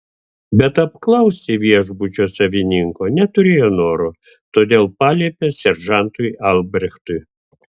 bet apklausti viešbučio savininko neturėjo noro todėl paliepė seržantui albrechtui